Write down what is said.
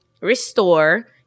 restore